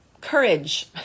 courage